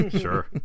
Sure